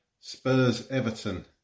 Spurs-Everton